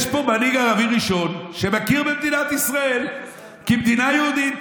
יש פה מנהיג ערבי ראשון שמכיר במדינת ישראל כמדינה יהודית.